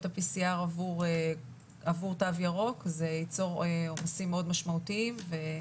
ה-PCR עבור תו ירוק זה ייצור עומסים מאוד משמעותיים וזה